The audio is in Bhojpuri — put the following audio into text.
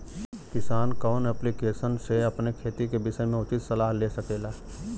किसान कवन ऐप्लिकेशन से अपने खेती के विषय मे उचित सलाह ले सकेला?